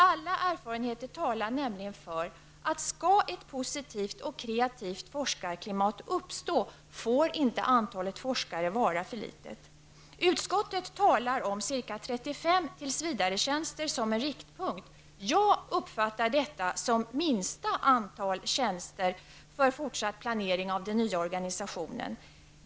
Alla erfarenheter talar nämligen för att skall ett positivt och kreativt forskarklimat uppstå, får inte antalet forskare vara för litet. Utskottet talar om ca 35 tillsvidaretjänster som en riktpunkt. Jag uppfattar detta som ett minsta antal tjänster för en fortsatt planering av den nya organisationen.